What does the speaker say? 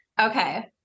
Okay